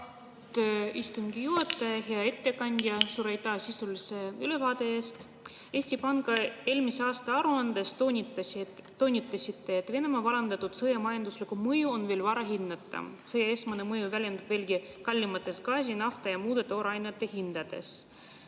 Eesti Panga eelmise aasta aruandes toonitasite, et Venemaa vallandatud sõja majanduslikku mõju on veel vara hinnata. See esmane mõju väljendub veelgi kallimates gaasi, nafta ja muude toorainete hindades.